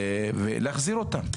ולהחזיר אותם.